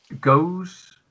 Goes